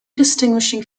distinguishing